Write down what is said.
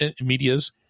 medias